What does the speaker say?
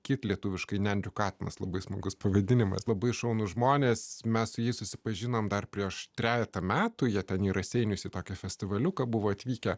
kit lietuviškai nendrių katinas labai smagus pavadinimas labai šaunūs žmonės mes su jais susipažinome dar prieš trejetą metų jie ten į raseinius į tokią festivaliuką buvo atvykę